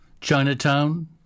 Chinatown